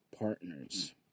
partners